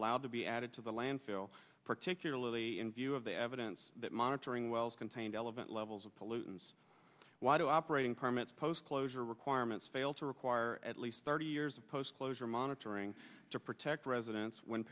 allowed to be added to the landfill particularly in view of the evidence that monitoring wells contained element levels of pollutants why do i operate in permits post closure requirements fail to require at least thirty years of post closure monitoring to protect residents when